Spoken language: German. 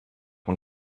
man